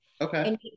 okay